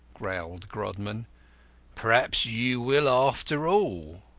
growled grodman perhaps you will after all.